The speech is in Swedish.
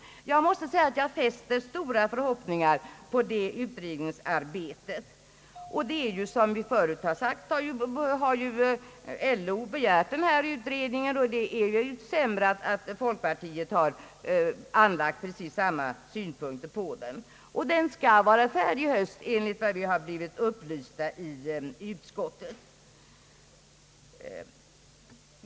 Jag hyser stora förhoppningar om det utredningsarbetet. Det är ju, som tidigare sagts, LO som har begärt denna utredning, och det gör inte saken sämre att folkpartiet anlagt precis samma synpunkter på den. Utredningen skall vara färdig i höst enligt vad vi har blivit upplysta om i utskottet.